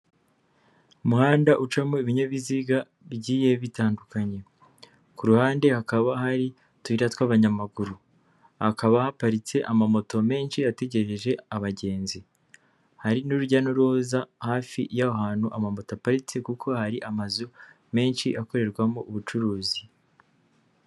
Umuhanda ucamo ibinyabiziga bigiye bitandukanye. Ku ruhande hakaba hari utuyira tw'abanyamaguru. Hakaba haparitse amamoto menshi ategereje abagenzi. Hari n'urujya n'uruza hafi y'aho hantu amamoto aparitse kuko hari amazu menshi akorerwamo ubucuruzi.